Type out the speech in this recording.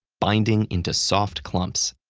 binding into soft clumps.